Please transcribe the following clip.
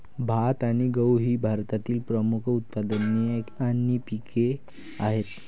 भात आणि गहू ही भारतातील प्रमुख उत्पादने आणि पिके आहेत